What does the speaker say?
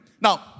Now